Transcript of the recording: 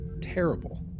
terrible